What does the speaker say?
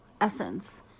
essence